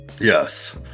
Yes